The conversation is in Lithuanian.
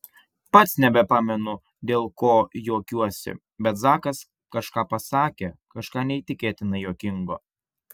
pats nebepamenu dėl ko juokiuosi bet zakas kažką pasakė kažką neįtikėtinai juokingo